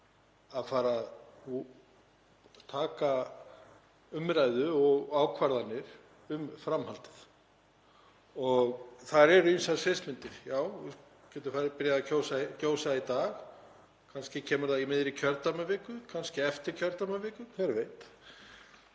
að fara að taka umræðu og ákvarðanir um framhaldið. Það eru ýmsar sviðsmyndir. Já, það getur byrjað að gjósa í dag, kannski kemur það í miðri kjördæmaviku, kannski eftir kjördæmaviku, hver veit.